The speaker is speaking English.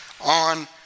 on